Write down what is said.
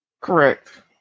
Correct